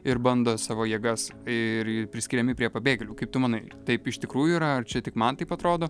ir bando savo jėgas ir ir priskiriami prie pabėgėlių kaip tu manai taip iš tikrųjų yra ar čia tik man taip atrodo